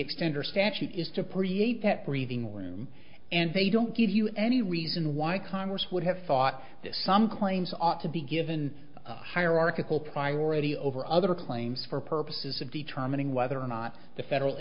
extender statute is to appreciate that breathing room and they don't give you any reason why congress would have thought this some claims ought to be given hierarchical priority over other claims for purposes of determining whether or not the federal